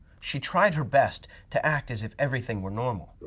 she tried her best to act as if everything were normal.